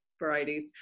varieties